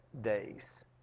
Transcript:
days